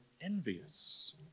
envious